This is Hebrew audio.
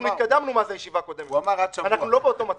התקדמנו מאז הישיבה הקודמת, אנחנו לא באותו מצב.